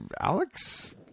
Alex